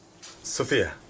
Sophia